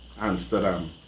Amsterdam